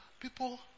people